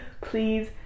please